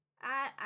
I-